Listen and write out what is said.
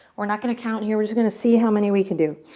we're not going to count here, we're just going to see how many we can do.